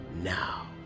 now